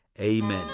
amen